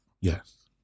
Yes